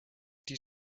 die